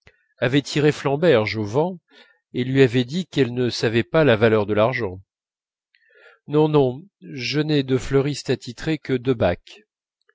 avait tiré flamberge au vent et lui avait dit qu'elle ne savait pas la valeur de l'argent non non je n'ai de fleuriste attitré que debac